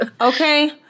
Okay